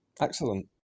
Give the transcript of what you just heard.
Excellent